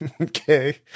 Okay